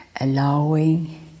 allowing